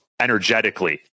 energetically